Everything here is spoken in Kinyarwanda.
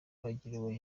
bagiriwe